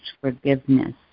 forgiveness